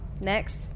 Next